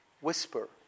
whisper